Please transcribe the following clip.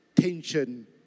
tension